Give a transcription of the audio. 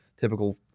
typical